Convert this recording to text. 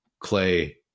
Clay